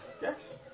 Yes